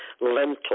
lentil